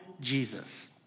Jesus